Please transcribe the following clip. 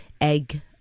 egg